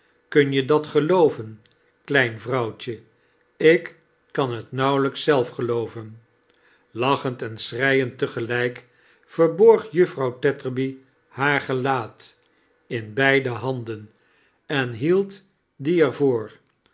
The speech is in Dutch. kun je dat gelooven klein vrouwtje ik kan het nauwelijks zelf gelooven lacherid en schreiend te gelijk verborg juffrouw tetterby haaar gelaat in heide handen en hield die